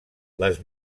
les